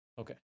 Okay